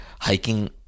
hiking